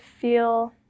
feel